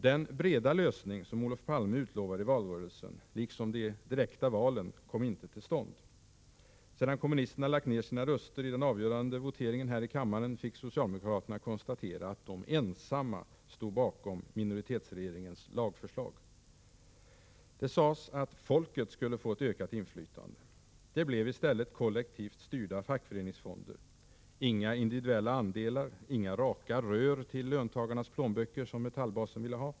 Den ”breda lösning” som Olof Palme utlovade i valrörelsen, liksom de direkta valen, kom inte till stånd. Sedan kommunisterna lagt ned sina röster i den avgörande riksdagsvoteringen, fick socialdemokraterna konstatera att de ensamma stod bakom minoritetsregeringens lagförslag. Det sades att ”folket” skulle få ett ökat inflytande. Det blev i stället kollektivt styrda fackföreningsfonder. Inga individuella andelar, inga ”raka rör” till löntagarnas plånböcker, som Metallbasen ville ha!